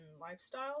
lifestyle